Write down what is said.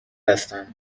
هستم